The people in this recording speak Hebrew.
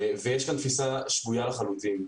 יש כאן תפיסה שגויה לחלוטין.